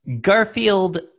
Garfield